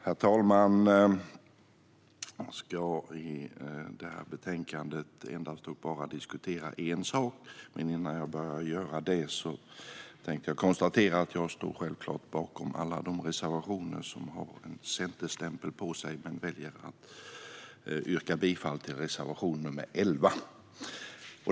Herr talman! Jag ska i detta betänkande endast diskutera en sak, men dessförinnan konstaterar jag att jag självklart står bakom alla reservationer med en centerstämpel men väljer att yrka bifall endast till reservation nr 11.